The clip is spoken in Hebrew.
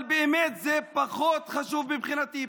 אבל באמת, זה פחות חשוב מבחינתי.